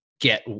get